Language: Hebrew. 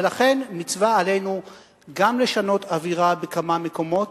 ולכן מצווה עלינו גם לשנות אווירה בכמה מקומות,